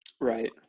right